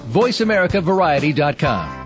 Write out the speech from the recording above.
voiceamericavariety.com